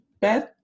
Beth